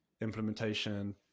implementation